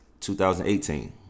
2018